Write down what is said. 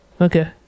Okay